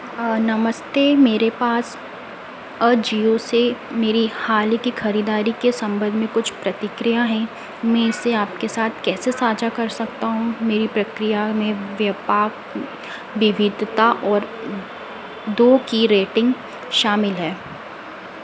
नमस्ते मेरे पास अजियो से मेरी हाल की खरीदारी के संबंध में कुछ प्रतिक्रिया है मैं इसे आपके साथ कैसे साझा कर सकता हूँ मेरी प्रतिक्रिया में व्यापाक विविधता और दो की रेटिंग शामिल है